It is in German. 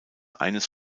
eines